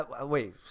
wait